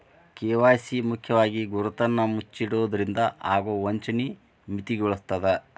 KYC ಮುಖ್ಯವಾಗಿ ಗುರುತನ್ನ ಮುಚ್ಚಿಡೊದ್ರಿಂದ ಆಗೊ ವಂಚನಿ ಮಿತಿಗೊಳಿಸ್ತದ